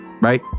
right